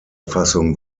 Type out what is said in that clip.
fassung